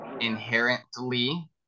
inherently